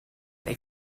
they